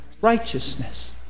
righteousness